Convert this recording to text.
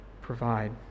provide